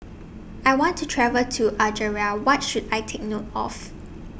I want to travel to Algeria What should I Take note of